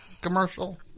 commercial